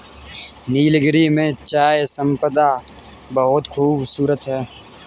नीलगिरी में चाय संपदा बहुत ही खूबसूरत है